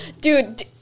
dude